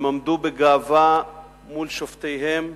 הם עמדו בגאווה מול שופטיהם,